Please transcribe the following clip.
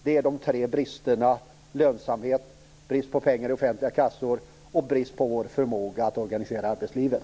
Det handlar om tre brister: brist på lönsamhet, brist på pengar i offentliga kassor och brist på förmåga att organisera arbetslivet.